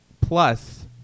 plus